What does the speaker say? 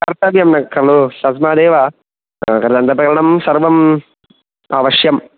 कर्तव्यं कलु तस्मादेव कृदन्तप्रकरणं सर्वं अवश्यम्